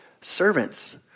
Servants